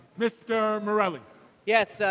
mr. morelle yes,